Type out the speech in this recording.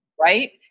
Right